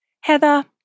Heather